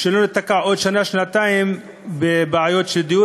ולא להיתקע עוד שנה-שנתיים בבעיות דיור